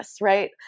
right